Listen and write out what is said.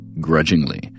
Grudgingly